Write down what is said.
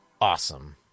awesome